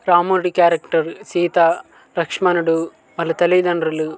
రాముడి క్యారెక్టర్ సీత లక్ష్మణుడు వాళ్ళ తల్లిదండ్రులు